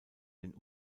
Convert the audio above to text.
den